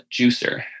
juicer